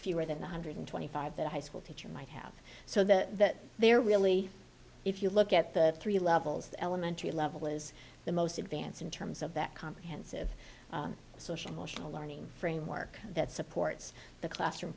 fewer than one hundred twenty five that a high school teacher might have so that they're really if you look at the three levels the elementary level is the most advanced in terms of that comprehensive social emotional learning framework that supports the classroom